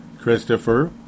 Christopher